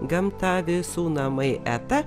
gamta visų namai eta